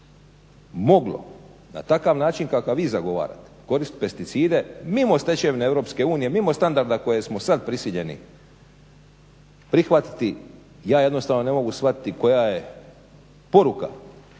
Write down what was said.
moglo na takav način kakav vi zagovarate koristiti pesticide mimo stečevine EU, mimo standarda kojim smo sada prisiljeni prihvatiti ja jednostavno ne mogu shvatiti koja je poruka